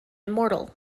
immortal